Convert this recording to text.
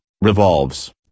revolves